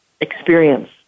experience